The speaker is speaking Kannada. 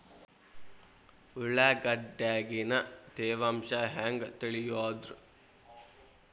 ಉಳ್ಳಾಗಡ್ಯಾಗಿನ ತೇವಾಂಶ ಹ್ಯಾಂಗ್ ತಿಳಿಯೋದ್ರೇ?